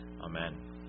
Amen